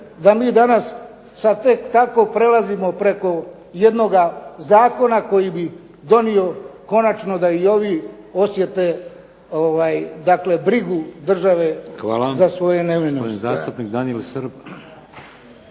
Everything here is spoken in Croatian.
da mi danas sad tek tako prelazimo preko jednoga zakona koji bi donio konačno da i ovi osjete brigu države za svoje nevine.